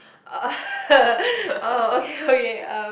oh okay okay um